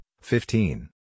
fifteen